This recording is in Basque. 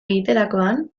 egiterakoan